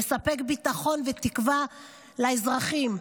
לספק ביטחון ותקווה לאזרחים,